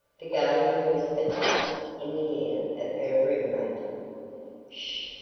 the guardian whispered thus in the ear of her roommate sh!